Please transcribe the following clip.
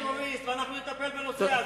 אנחנו נטפל בזה.